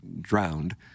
drowned